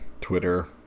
Twitter